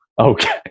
Okay